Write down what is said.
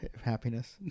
Happiness